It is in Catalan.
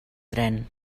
tren